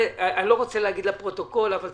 אני לא רוצה להגיד לפרוטוקול אבל צוות,